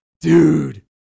Dude